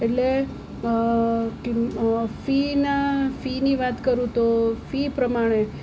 એટલે કી ફી ના ફીની વાત કરું તો ફી પ્રમાણે